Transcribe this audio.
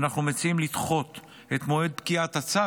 אנחנו מציעים לדחות את מועד פקיעת הצו